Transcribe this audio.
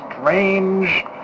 strange